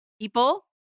People